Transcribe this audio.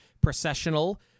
Processional